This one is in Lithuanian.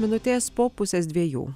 minutės po pusės dviejų